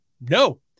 no